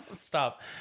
Stop